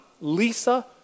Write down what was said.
Lisa